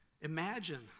Imagine